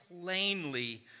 plainly